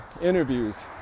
interviews